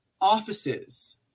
offices